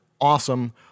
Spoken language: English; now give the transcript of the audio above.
awesome